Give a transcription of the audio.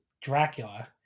Dracula